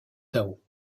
tao